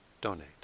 donate